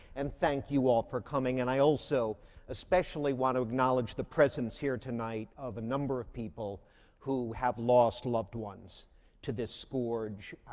and thank you all for coming. and i also especially want to acknowledge the presence here tonight of a number of people who have lost loved ones to this scourge,